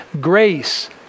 grace